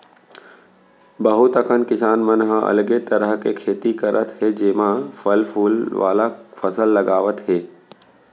बहुत अकन किसान मन ह अलगे तरह के खेती करत हे जेमा फर फूल वाला फसल लगावत हे